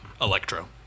Electro